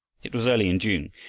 it was early in june,